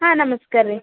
ಹಾಂ ನಮಸ್ಕಾರ ರೀ